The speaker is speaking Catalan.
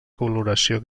coloració